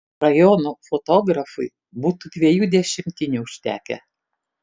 rajono fotografui būtų dviejų dešimtinių užtekę